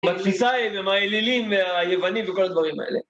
מתחיסה עם האלילים והיווניים וכל הדברים האלה.